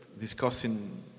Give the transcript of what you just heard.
discussing